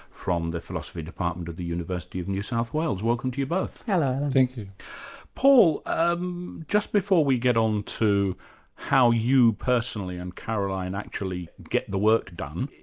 from the philosophy department of the university of new south wales. welcome to you both. hello. thank you. paul, um just before we get on to how you personally and caroline, actually get the work done,